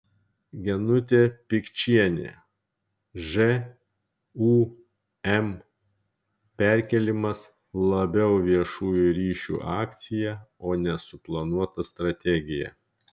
genytė pikčienė žūm perkėlimas labiau viešųjų ryšių akcija o ne suplanuota strategija